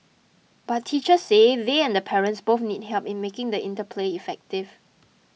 but teachers say they and the parents both need help in making the interplay effective